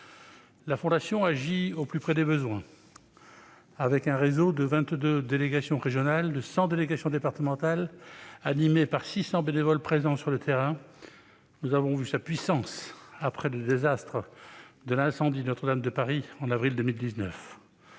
La Fondation agit au plus près des besoins, avec un réseau de 22 délégations régionales et de 100 délégations départementales, animées par 600 bénévoles présents sur le terrain. Nous avons vu sa puissance après le désastre de l'incendie de Notre-Dame de Paris en avril 2019.